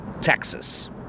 Texas